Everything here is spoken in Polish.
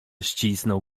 ścisnął